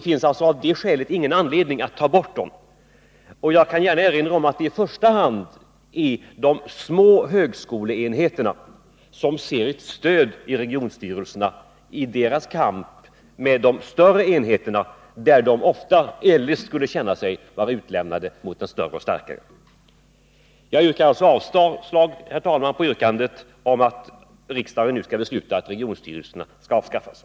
Jag vill gärna erinra om att i första hand är det de små högskoleenheterna som ser ett stöd i regionstyrelserna i förhållandet till de större enheterna. Jag yrkar avslag på förslaget att riksdagen nu skall besluta att regionstyrelserna avskaffas.